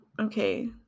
okay